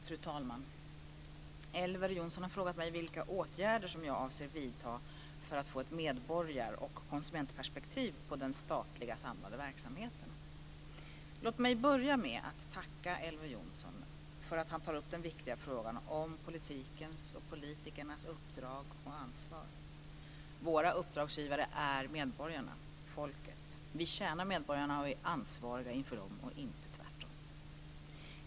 Fru talman! Elver Jonsson har frågat mig vilka åtgärder jag avser vidta för att få ett medborgar och konsumentperspektiv på den statliga samlade verksamheten. Låt mig börja med att tacka Elver Jonsson för att han tar upp den viktiga frågan om politikens och politikernas uppdrag och ansvar. Våra uppdragsgivare är medborgarna, folket. Vi tjänar medborgarna och är ansvariga inför dem, inte tvärtom.